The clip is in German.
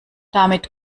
damit